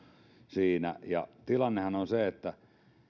siinä ja tilannehan on se että